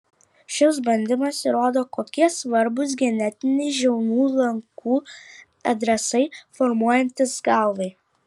šis bandymas įrodo kokie svarbūs genetiniai žiaunų lankų adresai formuojantis galvai